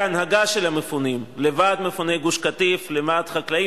של המפונים בהרבה מאוד החלטות חשובות,